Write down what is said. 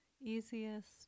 easiest